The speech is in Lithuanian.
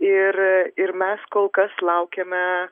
ir ir mes kol kas laukiame